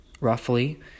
roughly